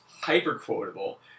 hyper-quotable